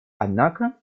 однако